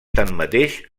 tanmateix